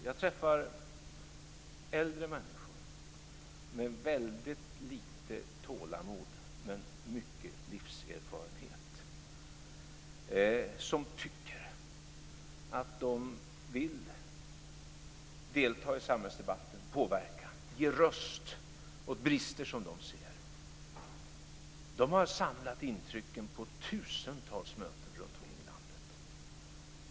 Jag träffar äldre människor med väldigt lite tålamod men mycket livserfarenhet, som tycker att de vill delta i samhällsdebatten, påverka och ge röst åt brister som de ser. De har samlat intrycken på tusentals möten runtomkring i landet.